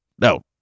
No